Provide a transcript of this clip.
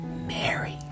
Mary